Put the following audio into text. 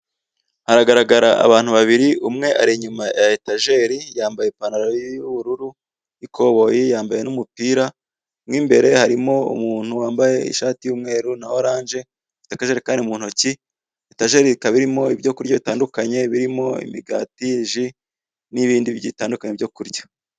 Haragaragara abantu babiri, umwe ari inyuma ya etajeri yambaye ipantaro y'ubururu, y'ikoboyi, yambaye n'umupira, mo imbere harimo umuntu wambaye ishati y'umweru na oranje, ufite akajerekani mu ntoki, etajeri ikaba arimo ibyo kurya bitandukanye, birimo imigati, ji n'ibindi bitandukanye byo kurya.